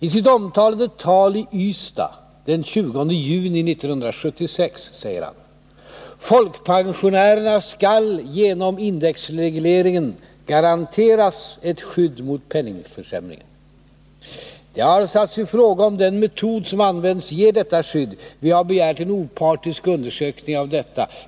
I sitt omtalade tal i Ystad den 20 juni 1976 säger han: ”Folkpensionärerna skall genom indexregleringen garanteras ett skydd mot penningvärdeförsämringen. Det har satts i fråga om den metod som används gett detta skydd. Vi har begärt en opartisk undersökning av detta.